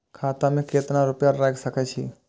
खाता में केतना रूपया रैख सके छी?